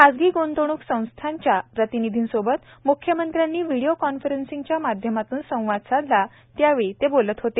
खासगी गृंतवणूक संस्थांच्या प्रतिनीधींसोबत मुख्यमंत्र्यांनी व्हिडिओ कॉन्फरंसिंगच्या माध्यमातून चर्चा केली त्यावेळी ते बोलत होते